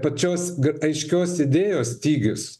pačios aiškios idėjos stygius